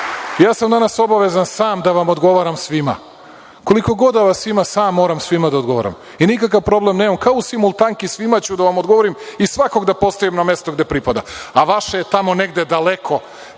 Ja sam danas obavezan sam da vam odgovaram svima. Koliko god da vas ima sam moram svima da odgovaram i nikakav problem nemam kao u simultanki svima ću da vam odgovorim i svakog da postavim na mesto gde pripada, a vaše je tamo negde daleko,